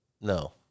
no